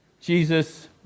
Jesus